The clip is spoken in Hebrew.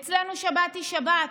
אצלנו שבת היא שבת,